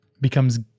becomes